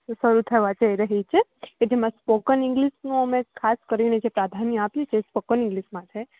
શરૂ થવા જઈ રહી છે એટલે એમાં સ્પોકન ઇંગ્લિશનું અમે ખાસ કરીને જે પ્રાધાન્ય આપ્યું છે સ્પોકન ઈંગ્લીશમાં છે